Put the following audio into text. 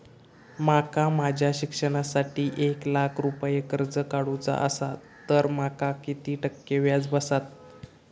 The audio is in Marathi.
माका माझ्या शिक्षणासाठी एक लाख रुपये कर्ज काढू चा असा तर माका किती टक्के व्याज बसात?